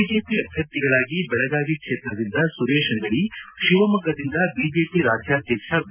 BJP ಅಭ್ಯರ್ಥಿಗಳಾಗಿ ಬೆಳಗಾವಿ ಕ್ಷೇತ್ರದಿಂದ ಸುರೇಶ್ ಅಂಗಡಿ ಶಿವಮೊಗ್ಗದಿಂದ ಬಿಜೆಪಿ ರಾಜ್ಯಾಧ್ಯಕ್ಷ ಬಿ